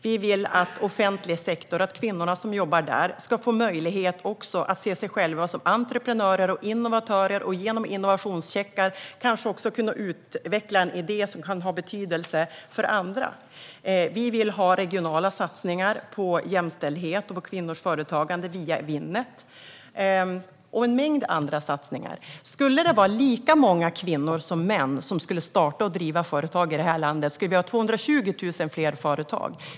Vi vill att kvinnorna som jobbar i offentlig sektor också ska få möjlighet att se sig själva som entreprenörer och innovatörer och att genom innovationscheckar kanske kunna utveckla en idé som kan ha betydelse för andra. Vi vill ha regionala satsningar på jämställdhet och på kvinnors företagande via Winnet, och vi vill se en mängd andra satsningar. Om det skulle vara lika många kvinnor som män som skulle starta och driva företag i det här landet skulle vi ha 220 000 fler företag.